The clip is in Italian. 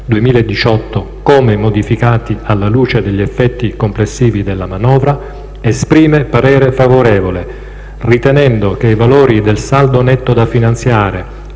2018, come modificati alla luce degli effetti complessivi della manovra; esprime parere favorevole, ritenendo che i valori del saldo netto da finanziare